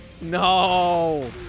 No